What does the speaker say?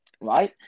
Right